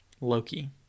Loki